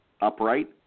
upright